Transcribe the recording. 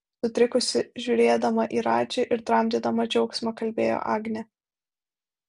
sutrikusi žiūrėdama į radži ir tramdydama džiaugsmą kalbėjo agnė